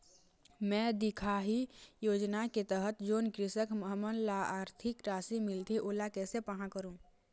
मैं दिखाही योजना के तहत जोन कृषक हमन ला आरथिक राशि मिलथे ओला कैसे पाहां करूं?